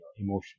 emotion